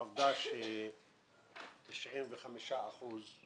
העובדה ש-95 אחוזים